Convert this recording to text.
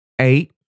Eight